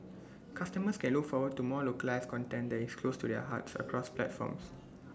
customers can look forward to more localised content that is close to their hearts across platforms